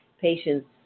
patients